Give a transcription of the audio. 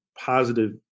positive